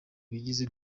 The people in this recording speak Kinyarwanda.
bigize